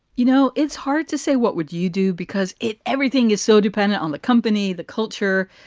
you know, it's hard to say what would you do? because it everything is so dependent on the company, the culture.